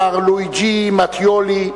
מר לואיג'י מאטיולו,